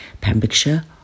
Pembrokeshire